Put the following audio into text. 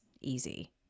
easy